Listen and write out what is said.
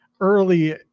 early